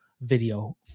video